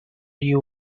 you